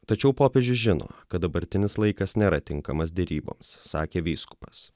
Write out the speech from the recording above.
tačiau popiežius žino kad dabartinis laikas nėra tinkamas deryboms sakė vyskupas